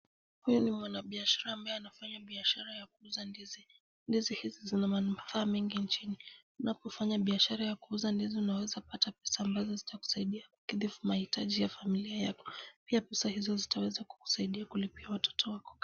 Huyu ni mwanabiashara ambaye anafanya biashara ya kuuza ndizi. Ndizi hizi zina manufaa mengi nchini. Unapofanya biashara ya kuuza ndizi unawezapata pesa ambazo zitakusaidia kukidhi mahitaji ya familia yako. Pia pesa hizo zitaweza kukusaidia kulipia watoto wako karo.